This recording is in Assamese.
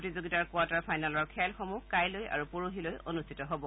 প্ৰতিযোগিতাৰ কোৱাৰ্টাৰ ফাইনেলৰ খেলসমূহ অহা কাইলৈ আৰু পৰহিলৈ অনুষ্ঠিত হ'ব